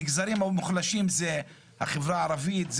המגזרים המוחלשים הם החברה הערבית,